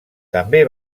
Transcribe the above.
també